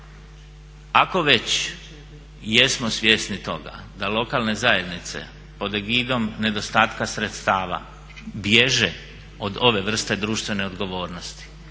Ako već jesmo svjesni toga da lokalne zajednice pod egidom nedostatka sredstava bježe od ove vrste društvene odgovornosti,